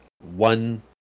one